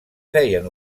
feien